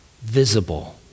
visible